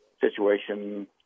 situation